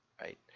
right